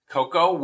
Coco